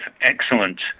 excellent